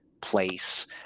place